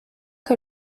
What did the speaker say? que